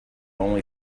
only